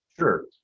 Sure